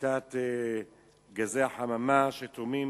לפליטת גזי החממה, שתורמים